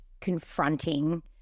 confronting